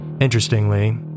Interestingly